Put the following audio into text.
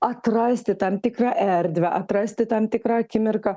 atrasti tam tikrą erdvę atrasti tam tikrą akimirką